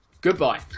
goodbye